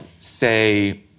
say